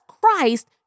Christ